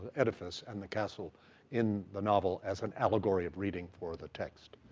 edifice, and the castle in the novel, as an allegory of reading for the text.